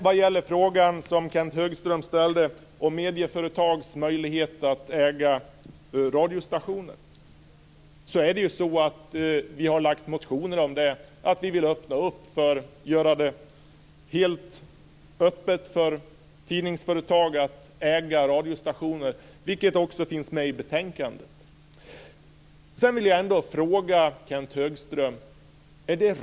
Kenth Högström ställde en fråga om medieföretags möjligheter att äga radiostationer. Vi har lagt fram motioner om att vi vill göra det helt öppet för tidningsföretag att äga radiostationer, vilket också finns med i betänkandet.